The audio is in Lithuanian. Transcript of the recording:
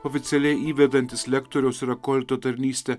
oficialiai įvedantis lektoriaus ir akolto tarnystę